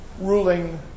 ruling